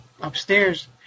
upstairs